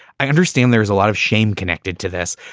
i understand there is a lot of shame connected to this,